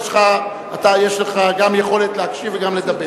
אתה יש לך יכולת גם להקשיב וגם לדבר.